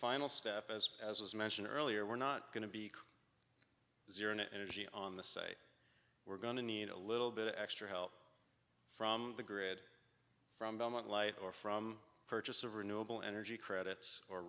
final step as as was mentioned earlier we're not going to be zero in energy on the say we're going to need a little bit of extra help from the grid from belmont light or from purchase of renewable energy credits or